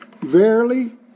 Verily